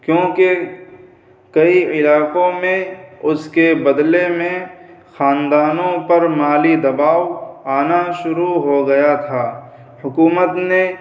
کیوںکہ کئی علاقوں میں اس کے بدلے میں خاندانوں پر مالی دباؤ آنا شروع ہو گیا تھا حکومت نے